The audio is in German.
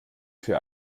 für